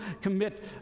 commit